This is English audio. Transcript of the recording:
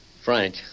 Frank